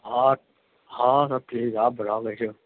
ہاں ہاں سب ٹھیک ہے آپ بتاؤ کیسے ہو